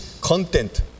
content